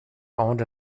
owned